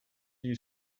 you